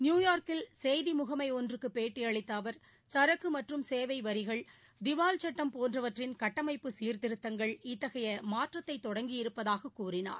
நியூயார்க்கில் செய்தி முகமை ஒன்றுக்கு பேட்டியளித்த அவர் சரக்கு மற்றும் சேவைகள் வரி திவால் சுட்டம் போன்றவற்றின் கட்டமைப்பு சீர்திருத்தங்கள் இத்தகைய மாற்றத்தை தொடங்கியிருப்பதாக கூறினார்